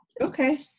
Okay